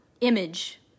image